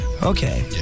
Okay